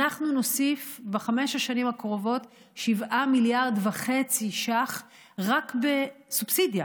אנחנו נוסיף בחמש השנים הקרובות 7.5 מיליארד שקל רק בסובסידיה,